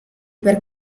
per